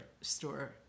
store